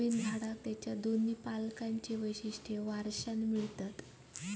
नवीन झाडाला त्याच्या दोन्ही पालकांची वैशिष्ट्ये वारशाने मिळतात